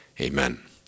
Amen